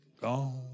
gone